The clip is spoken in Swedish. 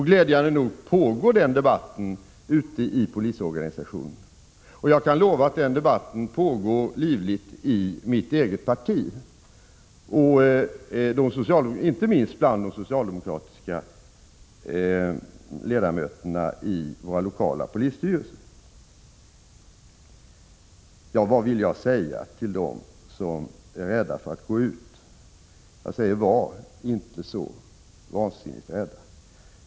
Glädjande nog pågår den debatten ute i polisorganisationerna. Jag kan lova att en debatt pågår livligt i mitt eget parti, inte minst bland de socialdemokratiska ledamöterna i våra lokala polisstyrelser. Vad vill jag säga till dem som är rädda för att gå ut? Jag säger: Var inte så vansinnigt rädda.